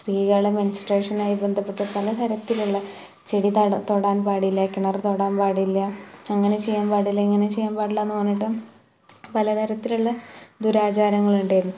സ്ത്രീകളെ മെന്സ്ട്രുവേഷനുവായി ബന്ധപ്പെട്ട് പലതരത്തിലുള്ള ചെടി തട തൊടുവാന് പാടില്ല കിണർ തൊടുവാന് പാടില്ല അങ്ങനെ ചെയ്യാന് പാടില്ല ഇങ്ങനെ ചെയ്യാന് പാടില്ല എന്നു പറഞ്ഞിട്ട് പല തരത്തിലുള്ള ദുരാചാരങ്ങളുണ്ടേനു